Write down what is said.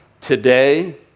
Today